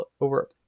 over